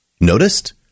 noticed